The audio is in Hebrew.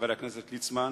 חבר הכנסת ליצמן,